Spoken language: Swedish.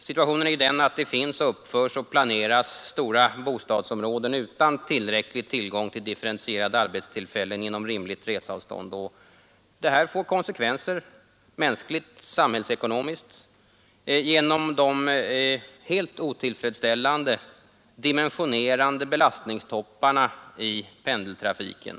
Situationen är den att det finns, uppförs och planeras stora bostadsområden utan tillräcklig tillgång till differentierade arbetstillfällen inom rimligt resavstånd, och detta får konsekvenser, mänskligt och samhällsekonomiskt, genom de helt otillfredsställande belastningstopparna i pendeltrafiken.